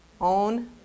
own